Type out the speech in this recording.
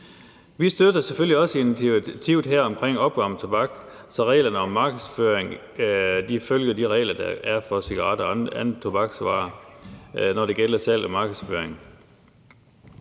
Vi støtter selvfølgelig også initiativet her omkring opvarmet tobak, så reglerne følger de regler, der er for cigaretter og andre tobaksvarer, når det gælder salg og markedsføring.